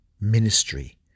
ministry